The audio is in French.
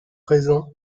présents